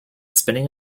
spinning